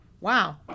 Wow